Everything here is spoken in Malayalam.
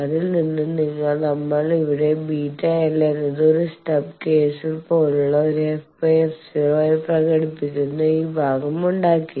അതിൽ നിന്ന് നമ്മൾ ഇവിടെ βl എന്നത് ഒറ്റ സ്റ്റബ് കേസിൽ പോലെ ഒരു f f 0 ആയി പ്രകടിപ്പിക്കുന്ന ഈ ഭാഗം ഉണ്ടാക്കി